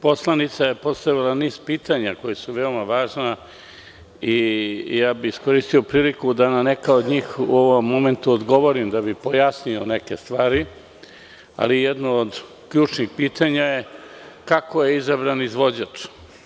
Poslanica je postavila niz pitanja koja su veoma važna i ja bih iskoristio priliku da na neka od njih odgovorim, da bismo pojasnili neke stvari, ali jedno od ključnih pitanja je kako je izabran izvođač.